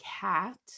cat